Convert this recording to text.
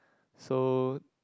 so